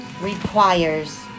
requires